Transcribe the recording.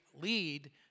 lead